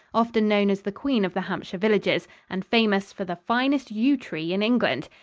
often known as the queen of the hampshire villages and famous for the finest yew tree in england.